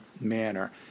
manner